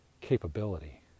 capability